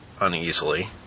uneasily